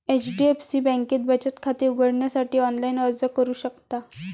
HDFC बँकेत बचत खाते उघडण्यासाठी ऑनलाइन अर्ज करू शकता